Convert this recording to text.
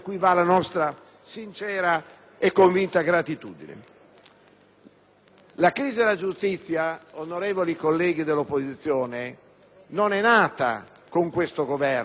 La crisi della giustizia, onorevoli colleghi dell'opposizione, non è nata con questo Governo. Non l'abbiamo inventata noi, l'abbiamo ereditata